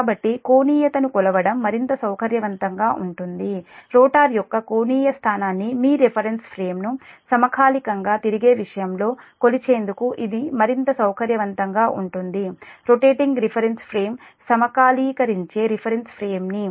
కాబట్టి కోణీయతను కొలవడం మరింత సౌకర్యవంతంగా ఉంటుంది రోటర్ యొక్క కోణీయ స్థానాన్ని మీ రిఫరెన్స్ ఫ్రేమ్ ను సమకాలికంగా తిరిగే విషయంలో కొలిచేందుకు ఇది మరింత సౌకర్యవంతంగా ఉంటుంది రొటేటింగ్ రిఫరెన్స్ ఫ్రేమ్ సమకాలీకరించే రిఫరెన్స్ ఫ్రేమ్ని